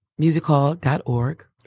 Musichall.org